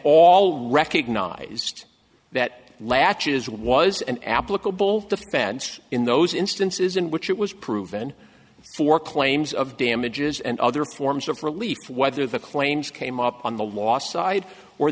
all recognized that latches was an applicable defense in those instances in which it was proven for claims of damages and other forms of relief whether the claims came up on the last side or